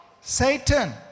Satan